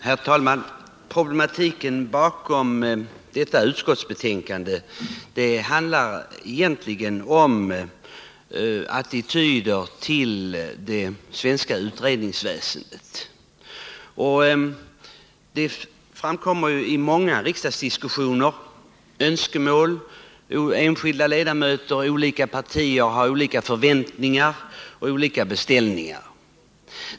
Herr talman! Problematiken bakom detta utskottsbetänkande gäller egentligen attityder till det svenska utredningsväsendet. Det framkommer ju i många riksdagsdiskussioner önskemål — enskilda ledamöter och olika partier har olika förväntningar och gör olika beställningar.